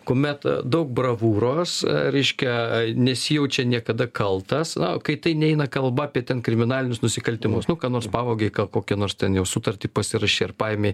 kuomet daug bravūros reiškia nesijaučia niekada kaltas kai tai neina kalba apie ten kriminalinius nusikaltimus nu ką nors pavogei kokią nors ten jau sutartį pasirašei ar paėmei